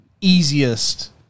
easiest